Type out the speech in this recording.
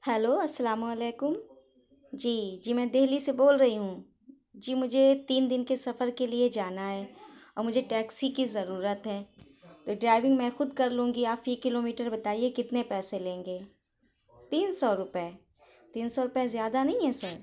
hello السلام علیکم جی جی میں دہلی سے بول رہی ہوں جی مجھے تین دن کے سفر کے لیے جانا ہے اور مجھے ٹیکسی کی ضرورت ہے تو ڈرائیونگ میں خود کر لوں گی آپ فی کلو میٹر بتائیے کتنے پیسے لیں گے تین سو روپیے تین سو روپیے زیادہ نہیں ہیں سر